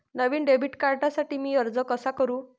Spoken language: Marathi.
नवीन डेबिट कार्डसाठी मी अर्ज कसा करू?